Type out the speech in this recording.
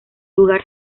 lugar